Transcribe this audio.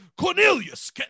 Cornelius